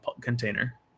container